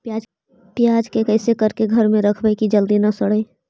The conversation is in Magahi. प्याज के कैसे करके घर में रखबै कि जल्दी न सड़ै?